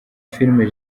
filime